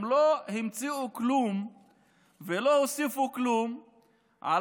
הם לא המציאו כלום ולא הוסיפו כלום על